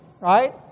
right